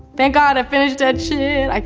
thank god i finished that shit. i